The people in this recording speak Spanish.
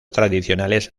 tradicionales